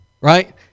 right